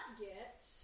get